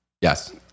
Yes